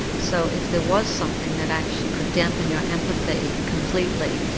so if there was something that actually could dampen your empathy completely,